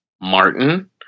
Martin